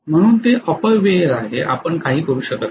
म्हणून ते अपव्यय आहे आपण काहीही करू शकत नाही